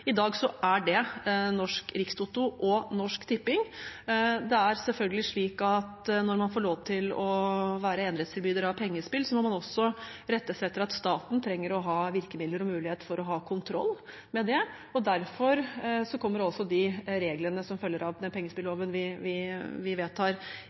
I dag er det Norsk Rikstoto og Norsk Tipping. Det er selvfølgelig slik at når man får lov til å være enerettstilbyder av pengespill, må man også rette seg etter at staten trenger å ha virkemidler og mulighet for å ha kontroll med det. Derfor kommer altså de reglene som følger av den